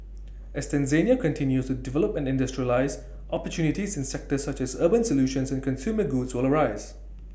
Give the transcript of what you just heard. as Tanzania continues to develop and industrialise opportunities in sectors such as urban solutions and consumer goods will arise